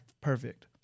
perfect